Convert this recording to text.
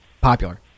popular